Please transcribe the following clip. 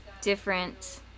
different